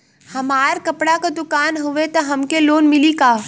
हमार कपड़ा क दुकान हउवे त हमके लोन मिली का?